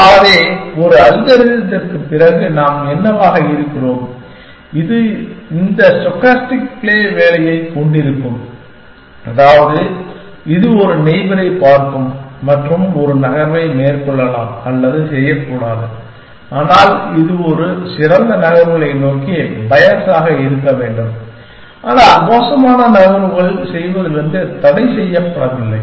ஆகவே ஒரு அல்காரிதத்திற்குப் பிறகு நாம் என்னவாக இருக்கிறோம் இது இந்த ஸ்டோகாஸ்டிக் பிளே வேலையைக் கொண்டிருக்கும் அதாவது இது ஒரு நெய்பரைப் பார்க்கும் மற்றும் ஒரு நகர்வை மேற்கொள்ளலாம் அல்லது செய்யக்கூடாது ஆனால் இது சிறந்த நகர்வுகளை நோக்கி பயாஸ் ஆக இருக்க வேண்டும் ஆனால் மோசமான நகர்வுகளை செய்வதிலிருந்து தடை செய்யப்படவில்லை